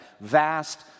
vast